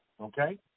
okay